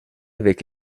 avec